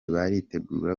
baritegura